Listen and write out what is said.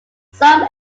some